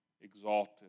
exalted